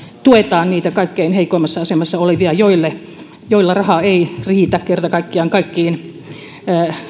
tuetaan niitä kaikkein heikoimmassa asemassa olevia joilla raha ei riitä kerta kaikkiaan kaikkiin